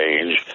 change